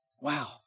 Wow